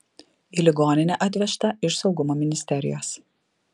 į ligoninę atvežta iš saugumo ministerijos